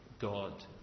God